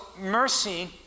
mercy